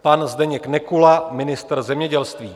Pan Zdeněk Nekula, ministr zemědělství.